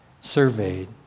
surveyed